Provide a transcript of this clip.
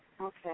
Okay